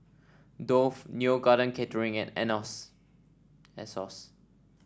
Dove Neo Garden Catering and Asos